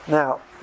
now